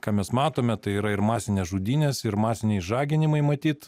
ką mes matome tai yra ir masinės žudynės ir masiniai išžaginimai matyt